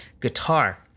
guitar